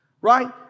right